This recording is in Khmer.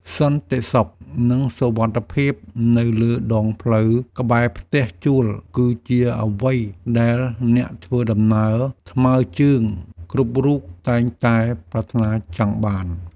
សន្តិសុខនិងសុវត្ថិភាពនៅលើដងផ្លូវក្បែរផ្ទះជួលគឺជាអ្វីដែលអ្នកធ្វើដំណើរថ្មើរជើងគ្រប់រូបតែងតែប្រាថ្នាចង់បាន។